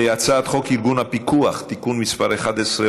הצעת חוק ארגון הפיקוח על העבודה (תיקון מס' 11,